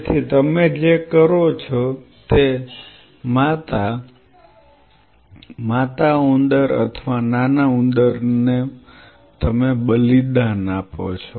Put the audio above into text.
તેથી તમે જે કરો છો તે માતા માતા ઉંદર અથવા નાના ઉંદર નું તમે બલિદાન આપો છો